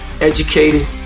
educated